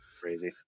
crazy